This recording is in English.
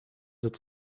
its